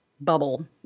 bubble